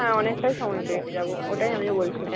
হ্যাঁ অনেকটাই সময় পেয়ে যাবো ওটাই আমিও বলছিলাম